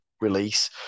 release